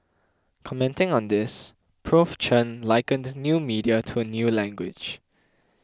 commenting on this Prof Chen likened new media to a new language